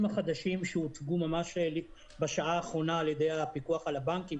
החדשים שהוצגו ממש בשעה האחרונה על ידי הפיקוח על הבנקים,